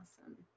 Awesome